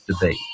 debate